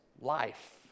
life